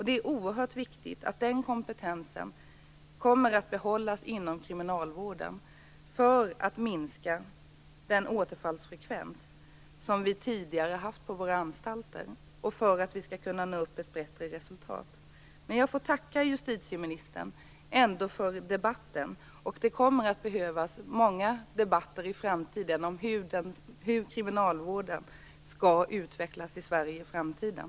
Det är oerhört viktigt att den kompetensen kommer att behållas inom kriminalvården för att vi skall kunna minska den återfallsfrekvens som vi tidigare har haft på våra anstalter och för att vi skall kunna nå ett bättre resultat. Jag tackar justitieministern för debatten. Det kommer att behövas många debatter om hur kriminalvården skall utvecklas i Sverige i framtiden.